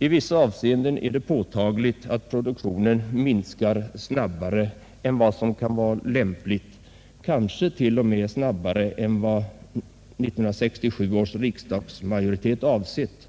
I vissa avseenden är det påtagligt att produktionen minskar snabbare än vad som kan vara lämpligt, kanske t.o.m. snabbare än vad 1967 års riksdagsmajoritet avsett.